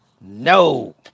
No